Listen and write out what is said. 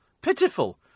Pitiful